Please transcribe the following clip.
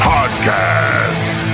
Podcast